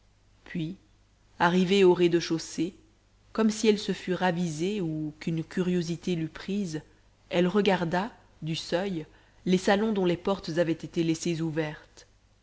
puis arrivée au rez-de-chaussée comme si elle se fût ravisée ou qu'une curiosité l'eût prise elle regarda du seuil les salons dont les portes avaient été laissées ouvertes